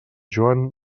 joan